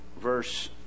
verse